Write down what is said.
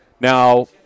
Now –